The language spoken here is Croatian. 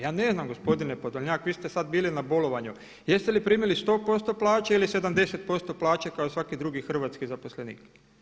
Ja ne znam gospodine Podolnjak, vi ste sada bili na bolovanju, jeste li primili 100% plaće ili 70% plaće kao svaki drugi hrvatski zaposlenik?